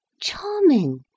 Charming